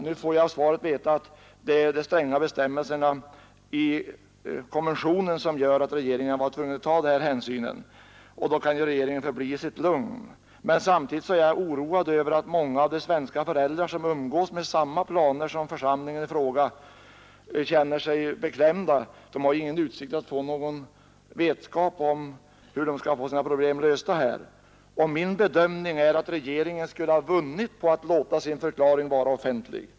Nu får jag av svaret veta att det är de stränga bestämmelserna i konventionen om de mänskliga rättigheterna som gör att regeringen har varit tvungen att ta denna hänsyn, och då kan ju regeringen förbli i sitt lugn. Men samtidigt är jag oroad över att många av de svenska föräldrar som umgås med samma planer som ifrågavarande församling känner sig beklämda. De har ingen utsikt att få någon vetskap om hur de skall få sina problem lösta. Min bedömning är att regeringen skulle ha vunnit på att låta sin förklaring vara offentlig.